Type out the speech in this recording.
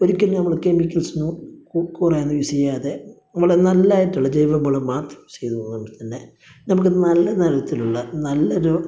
ഒരിക്കലും നമ്മൾ കെമിക്കല്സ് ഒന്നും കുറേ ഒന്നും യൂസ് ചെയ്യാതെ നമ്മൾ നല്ലതായിട്ടുള്ള ജൈവ വളം മാത്രം യൂസ് ചെയ്ത് കൊണ്ട് തന്നെ നമ്മൾക്ക് നല്ല തരത്തിലുള്ള നല്ല ഒരു